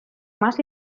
más